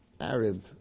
Arab